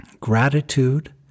gratitude